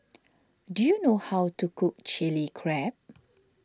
do you know how to cook Chilli Crab